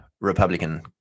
Republican